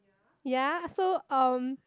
ya so um